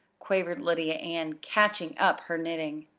quavered lydia ann, catching up her knitting.